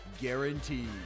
guaranteed